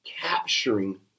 capturing